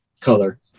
color